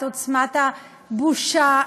את עוצמת הבושה.